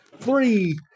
three